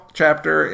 chapter